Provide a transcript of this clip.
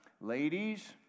Ladies